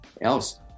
else